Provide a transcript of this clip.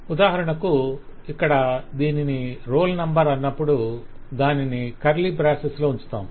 ఉదాహరణకు ఇక్కడ దీనిని రోల్ నంబర్ అన్నప్పుడు దానిని కర్లీ బ్రేసిస్ లో ఉంచుతాము